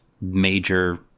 major